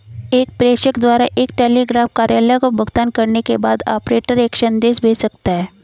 एक प्रेषक द्वारा एक टेलीग्राफ कार्यालय को भुगतान करने के बाद, ऑपरेटर एक संदेश भेज सकता है